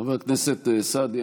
חבר הכנסת סעדי,